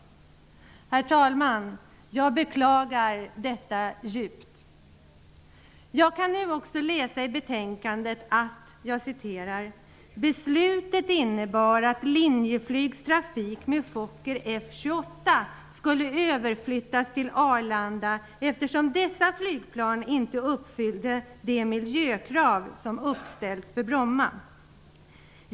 Herr talman! Jag beklagar detta djupt. kan man läsa: ''Beslutet innebar att Linjeflygs trafik med Fokker F 28 skulle överflyttas till Arlanda eftersom dessa flygplan inte uppfyllde de miljökrav som uppställts för Bromma.